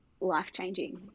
life-changing